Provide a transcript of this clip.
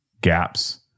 gaps